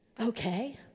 okay